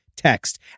text